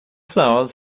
flowers